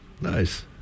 Nice